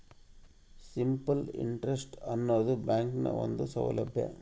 simple interest ಆನದು ಬ್ಯಾಂಕ್ನ ಒಂದು ಸೌಲಬ್ಯಾ